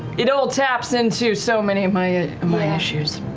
it all taps into so many of my my issues.